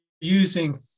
using